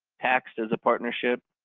taxed as a partnership